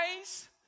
eyes